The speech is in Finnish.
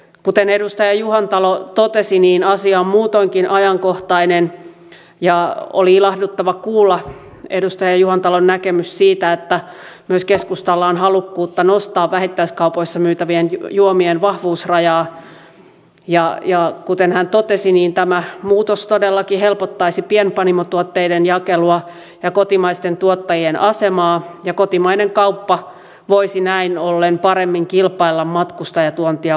kuten edustaja juhantalo totesi asia on muutoinkin ajankohtainen ja oli ilahduttavaa kuulla edustaja juhantalon näkemys siitä että myös keskustalla on halukkuutta nostaa vähittäiskaupoissa myytävien juomien vahvuusrajaa ja kuten hän totesi tämä muutos todellakin helpottaisi pienpanimotuotteiden jakelua ja kotimaisten tuottajien asemaa ja kotimainen kauppa voisi näin ollen paremmin kilpailla matkustajatuontia vastaan